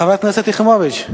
חברת הכנסת שלי יחימוביץ,